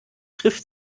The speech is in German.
trifft